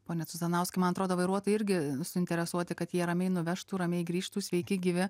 pone cuzanauskai man atrodo vairuotojai irgi suinteresuoti kad jie ramiai nuvežtų ramiai grįžtų sveiki gyvi